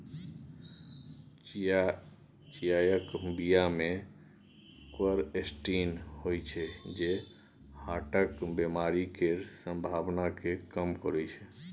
चियाक बीया मे क्वरसेटीन होइ छै जे हार्टक बेमारी केर संभाबना केँ कम करय छै